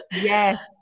Yes